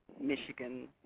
Michigan